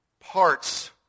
parts